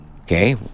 Okay